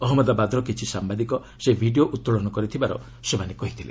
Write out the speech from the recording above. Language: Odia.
ଅହନ୍ମଦାବାଦର କିଛି ସାମ୍ଭାଦିକ ସେହି ଭିଡ଼ିଓ ଉତ୍ତୋଳନ କରିଥିବାର ସେମାନେ କହିଥିଲେ